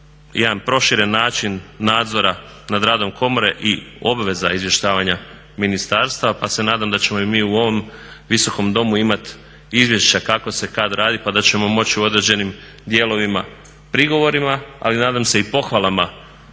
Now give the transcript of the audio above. jedan proširen način nadzora nad radom Komore i obveza izvještavanja ministarstava, pa se nadam da ćemo mi i u ovom Visokom domu imat izvješća kako se kad radi, pa da ćemo moći u određenim dijelovima, prigovorima ali nadam se i pohvalama